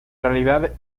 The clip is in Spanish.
realidad